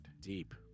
Deep